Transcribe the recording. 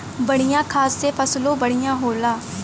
बढ़िया खाद से फसलों बढ़िया होला